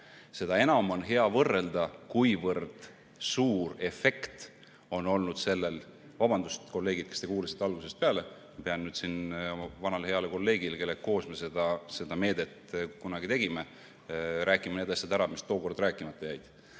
seda enam on hea võrrelda, kui suur efekt on sellel olnud. Vabandust, kolleegid, kes te kuulasite algusest peale, ma pean oma vanale heale kolleegile, kellega koos me seda meedet kunagi tegime, rääkima need asjad ära, mis tookord rääkimata jäid.